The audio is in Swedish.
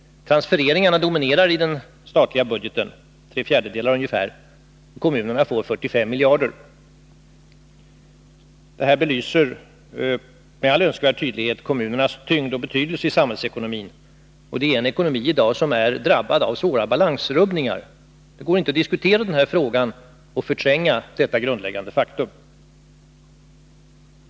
Transfereringar dominerar i den statliga budgeten och utgör ungefär tre fjärdedelar av totalsumman. Kommunerna får 45 miljarder. Detta belyser med all önskvärd tydighet kommunernas tyngd och betydelse i samhällsekonomin. Och det är en ekonomi som i dag är drabbad av svåra balansrubbningar. Det går inte att diskutera den här frågan och förtränga detta grundläggande faktum.